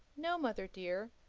no, mother dear.